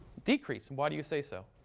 decrease. and why do you say so?